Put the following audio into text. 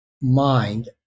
mind